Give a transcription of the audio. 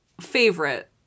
favorite